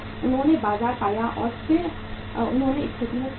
उन्होंने बाजार पाया और फिर उन्होंने स्थिति में सुधार किया